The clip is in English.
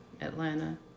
Atlanta